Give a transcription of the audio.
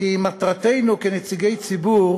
כי מטרתנו כנציגי ציבור